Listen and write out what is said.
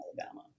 Alabama